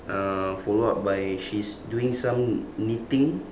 uh follow up by she's doing some knitting